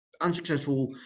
unsuccessful